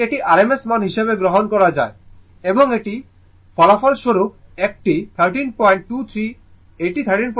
সুতরাং এটি rms মান হিসাবে গ্রহণ করা হয় এবং এটি ফলাফলস্বরূপ একটি এটি 1323 এটি 1323√ 2